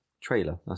trailer